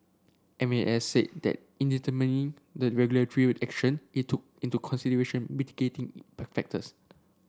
M A S said that in determining the regulatory action it took into consideration mitigating factors